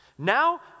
Now